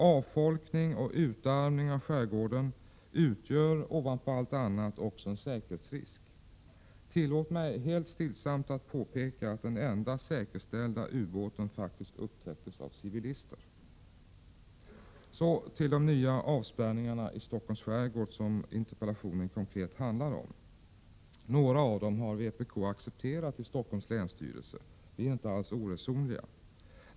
Avfolkning och utarmning av skärgården utgör, ovanpå allt annat, också en säkerhetsrisk. Tillåt mig helt stillsamt påpeka att den enda säkerställda ubåten faktiskt upptäcktes av civilister. Så till de nya avspärrningarna i Stockholms skärgård, som interpellationen konkret handlar om. Några av dessa har vpk accepterat i länsstyrelsen i Stockholms län — vi är inte alls oresonliga.